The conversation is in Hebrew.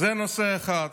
זה נושא אחד.